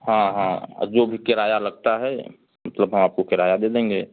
हाँ हाँ और जो भी किराया लगता है मतलब हम आपको किराया दे देंगे